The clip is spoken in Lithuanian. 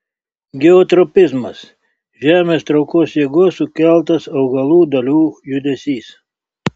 geotropizmas žemės traukos jėgos sukeltas augalų dalių judesys